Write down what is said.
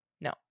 No